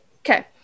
Okay